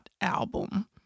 album